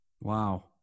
Wow